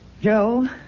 Joe